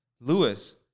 Lewis